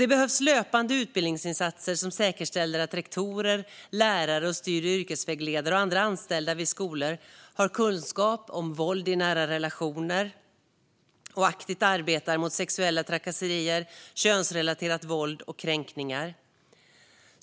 Det behövs löpande utbildningsinsatser som säkerställer att rektorer, lärare och studie och yrkesvägledare och andra anställda vid skolor har kunskap om våld i nära relationer och aktivt arbetar mot sexuella trakasserier, könsrelaterat våld och kränkningar.